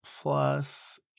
plus